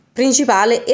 principale